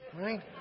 right